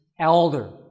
elder